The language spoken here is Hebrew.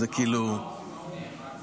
איך הוא נהרג?